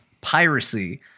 piracy